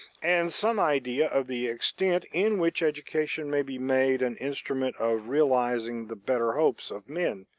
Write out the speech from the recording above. and some idea of the extent in which education may be made an instrument of realizing the better hopes of men.